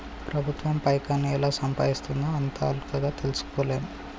ప్రభుత్వం పైకాన్ని ఎలా సంపాయిస్తుందో అంత అల్కగ తెల్సుకోలేం